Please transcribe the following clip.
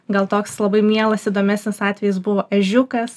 gal toks labai mielas įdomesnis atvejis buvo ežiukas